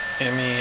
Emmy